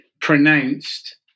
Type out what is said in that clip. pronounced